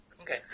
Okay